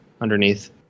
underneath